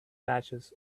patches